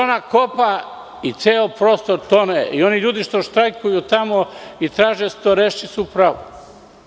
Ona kopa i ceo prostor tone i oni ljudi što štrajkuju tamo i traže da se to reši su u pravu.